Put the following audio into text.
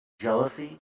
jealousy